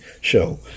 show